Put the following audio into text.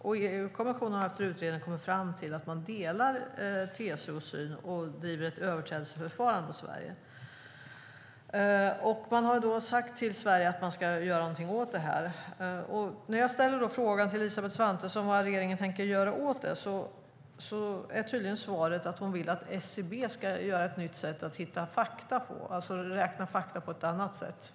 Och EU-kommissionen har i en utredning kommit fram till att man delar TCO:s syn och driver nu ett överträdelseförfarande mot Sverige. Man har sagt till Sverige att göra något åt det. När jag då frågar Elisabeth Svantesson vad regeringen tänker göra åt det är svaret tydligen att hon vill att SCB ska räkna fakta på ett annat sätt.